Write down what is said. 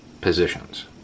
positions